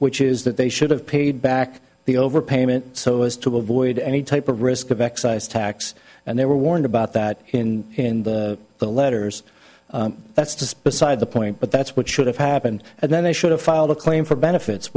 which is that they should have paid back the overpayment so as to avoid any type of risk of excise tax and they were warned about that in the letters that's beside the point but that's what should have happened and then they should have filed a claim for benefits